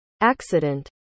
accident